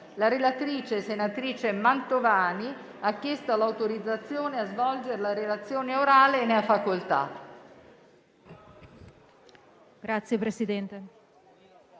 La relatrice, senatrice Mantovani, ha chiesto l'autorizzazione a svolgere la relazione orale. Non facendosi